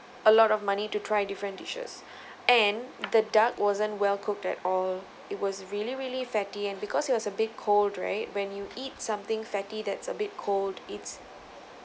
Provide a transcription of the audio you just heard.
a lot of money to try different dishes and the duck wasn't well cooked at all it was really really fatty and because it was a bit cold right when you eat something fatty that's a bit cold it's